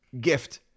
gift